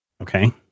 Okay